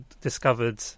discovered